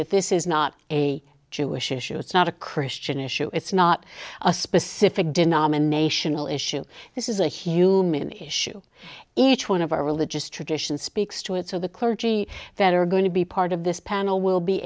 that this is not a jewish issue it's not a christian issue it's not a specific denominational issue this is a human issue each one of our religious traditions speaks to it so the clergy that are going to be part of this panel will be